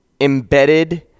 embedded